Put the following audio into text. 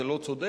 זה לא צודק,